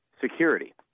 security